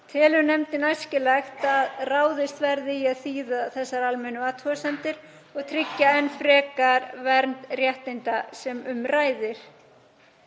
telur nefndin æskilegt að ráðist verði í að þýða þessar almennu athugasemdir og tryggja enn frekar vernd réttinda sem um ræðir.